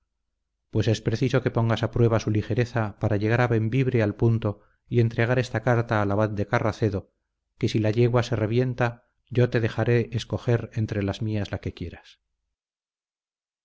pues es preciso que pongas a prueba su ligereza para llegar a bembibre al punto y entregar esta carta al abad de carracedo que si la yegua se revienta yo te dejaré escoger entre las mías la que quieras